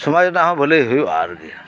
ᱥᱚᱢᱟᱡ ᱨᱮᱱᱟᱜ ᱦᱚᱸ ᱵᱷᱟᱹᱞᱟᱹᱭ ᱦᱩᱭᱩᱜᱼᱟ ᱟᱨᱠᱤ